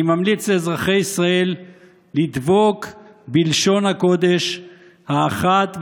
אני ממליץ לאזרחי ישראל לדבוק בלשון הקודש האחת והיחידה,